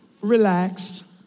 Relax